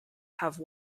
have